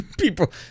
People